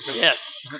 Yes